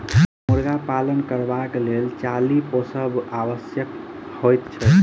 मुर्गा पालन करबाक लेल चाली पोसब आवश्यक होइत छै